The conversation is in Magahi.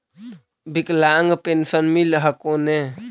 विकलांग पेन्शन मिल हको ने?